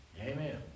Amen